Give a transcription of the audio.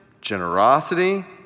generosity